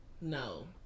no